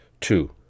Two